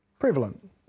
Prevalent